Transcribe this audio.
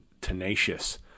tenacious